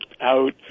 out